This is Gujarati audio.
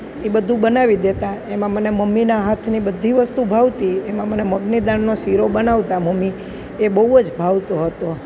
એ બધું બનાવી દેતાં એમાં મને મમ્મીના હાથની બધી વસ્તુ ભાવતી એમાં મને મગની દાળનો શીરો બનાવતાં મમ્મી એ બહુ જ ભાવતો હતો